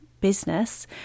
business